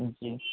جی